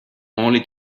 only